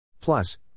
Plus